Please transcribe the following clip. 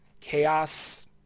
chaos